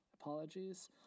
Apologies